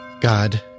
god